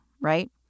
right